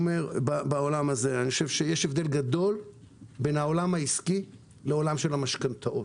יש הבדל גדול בין העולם העסקי לבין עולם המשכנתאות.